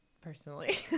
personally